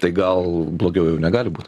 tai gal blogiau jau negali būt